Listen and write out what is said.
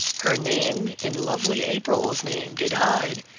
her name in lovely april's name did hide,